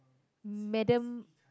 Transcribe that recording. Madam